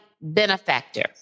benefactor